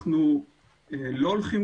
אנחנו לא הולכים